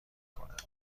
کند